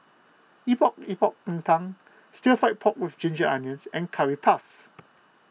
Epok Epok Kentang Stir Fry Pork with Ginger Onions and Curry Puff